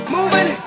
Moving